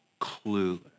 clueless